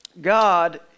God